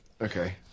Okay